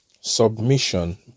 Submission